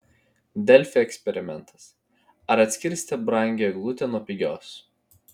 delfi eksperimentas ar atskirsite brangią eglutę nuo pigios